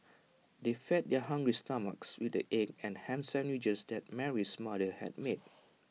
they fed their hungry stomachs with the egg and Ham Sandwiches that Mary's mother had made